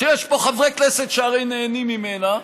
שיש פה חברי כנסת שהרי נהנים ממנה,